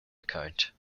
account